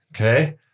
Okay